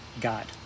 God